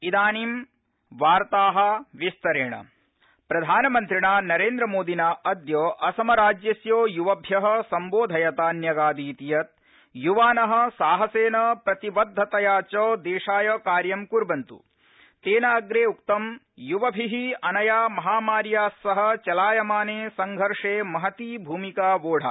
इदानीं वार्ता विस्तरेण प्रधानमन्त्री दीक्षांत समारोह प्रधानमिन्त्रणा नरेन्द्रमोदिना अद्य असमराज्यस्य युवभ्य संबोधयता न्यगादीत् यत युवान साहसेन प्रतिबद्धतया च देशाय कार्यं कुर्वन्ता तेन अग्रे उक्तम युवभि अनया महामार्या सह चलायमाने संघर्षे महती भूमिका वोढा